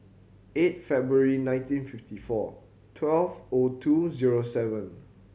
eight February nineteen fifty four twelve O two zero seven